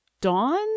Dawn